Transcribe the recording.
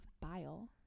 bile